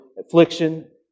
affliction